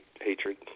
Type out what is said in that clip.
hatred